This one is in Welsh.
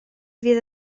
fydd